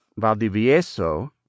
Valdivieso